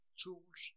tools